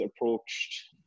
approached